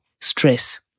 stress